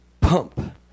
pump